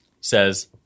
says